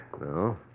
No